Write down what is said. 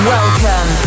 Welcome